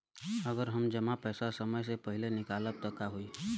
अगर हम जमा पैसा समय से पहिले निकालब त का होई?